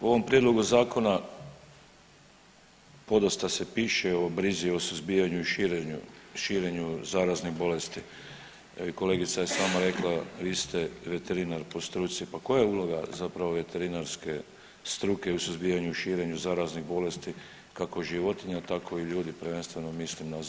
U ovom prijedlogu zakona podosta se piše o brizi i o suzbijanju i širenju zaraznih bolesti, kolegica je sama rekla vi ste veterinar po struci, pa koja je uloga zapravo veterinarske struke i u suzbijanju i širenju zaraznih bolesti kako životinja tako i ljudi, prvenstveno mislim na zoonozu?